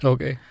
Okay